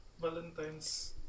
Valentine's